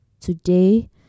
Today